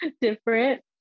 different